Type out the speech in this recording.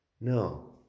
No